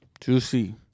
Juicy